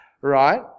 right